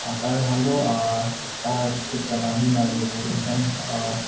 कारण हाम्रो पहाड क्षेत्रमा बिमारीहरू एकदम